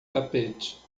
tapete